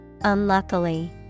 unluckily